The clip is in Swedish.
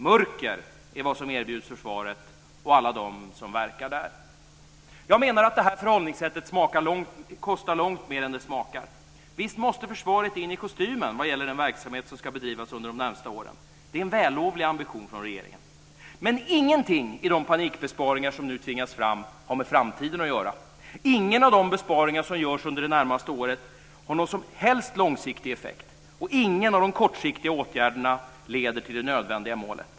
Mörker är vad som erbjuds försvaret och alla dem som verkar där. Jag menar att detta förhållningssätt kostar långt mer än det smakar. Visst måste försvaret in i kostymen vad gäller den verksamhet som ska bedrivas under de närmaste åren. Det är en vällovlig ambition från regeringen. Men ingenting i de panikbesparingar som nu tvingas fram har med framtiden att göra. Ingen av de besparingar som görs under det närmaste året har någon som helst långsiktig effekt, och ingen av de kortsiktiga åtgärderna leder till det nödvändiga målet.